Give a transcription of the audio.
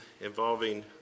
involving